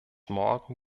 morgen